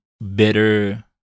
better